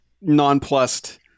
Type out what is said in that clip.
nonplussed